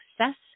success